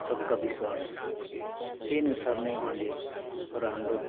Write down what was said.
सबका विश्वास त्यही अनुसार नै उहाँले एउटा हाम्रो